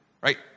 right